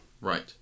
Right